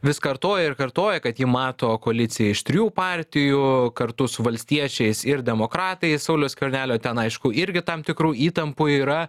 vis kartoja ir kartoja kad ji mato koaliciją iš trijų partijų kartu su valstiečiais ir demokratais sauliaus skvernelio ten aišku irgi tam tikrų įtampų yra